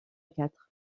quatre